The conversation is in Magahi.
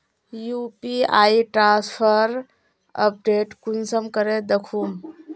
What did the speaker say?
यु.पी.आई ट्रांसफर अपडेट कुंसम करे दखुम?